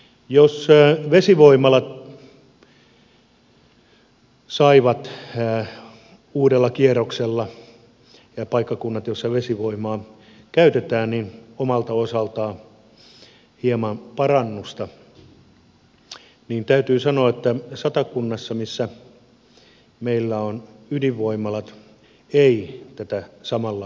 jos vesivoimalat saivat uudella kierroksella ja paikkakunnat joissa vesivoimaa käytetään omalta osaltaan hieman parannusta niin täytyy sanoa että satakunnassa missä meillä on ydinvoimalat ei tätä samalla lailla arvioitu